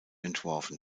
entworfen